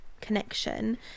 connection